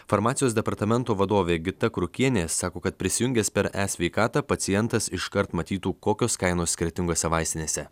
farmacijos departamento vadovė gita krukienė sako kad prisijungęs per esveikatą pacientas iškart matytų kokios kainos skirtingose vaistinėse